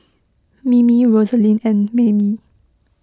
Mimi Rosaline and Maymie